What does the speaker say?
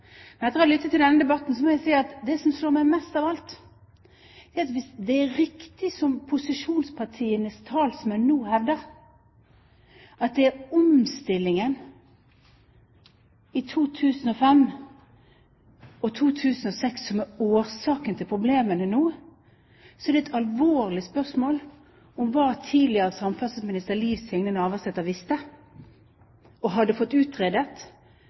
Men etter å ha lyttet til denne debatten må jeg si at det som slår meg mest av alt, er at hvis det er riktig som posisjonspartienes talsmenn nå hevder, at det er omstillingen i 2005 og 2006 som er årsaken til problemene nå, er det et alvorlig spørsmål hva tidligere samferdselsminister Liv Signe Navarsete visste og hadde fått utredet